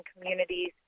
communities